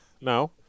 No